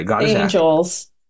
angels